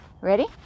Ready